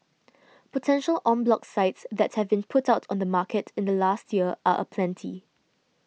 potential en bloc sites that have been put on the market in the past year are aplenty